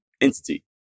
entity